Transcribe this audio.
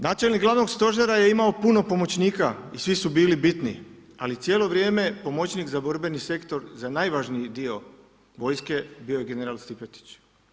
Načelnik Glavnog stožera je imao puno pomoćnika i svi su bili bitni, ali cijelo vrijeme pomoćnik za borbeni sektor za najvažniji dio vojske bio je general Stipetić.